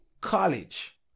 college